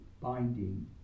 binding